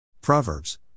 Proverbs